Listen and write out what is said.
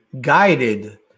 guided